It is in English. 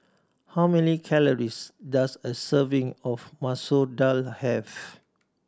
how many calories does a serving of Masoor Dal have